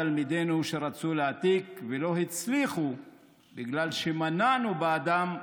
תלמידינו שרצו להעתיק ולא הצליחו בגלל שמנענו בעדם,